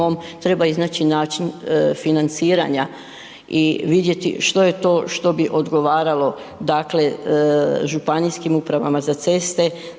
treba iznaći način financiranja i vidjeti što je to što bi odgovaralo dakle ŽUC-u da održavaju te ceste